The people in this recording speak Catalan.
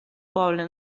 poble